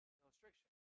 illustration